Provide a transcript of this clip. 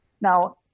Now